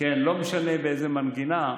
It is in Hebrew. לא משנה באיזו מנגינה,